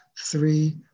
three